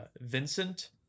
Vincent